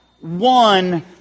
one